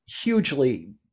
hugely